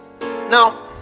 now